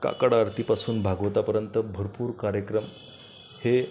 काकड आरतीपासून भागवतापर्यंत भरपूर कार्यक्रम हे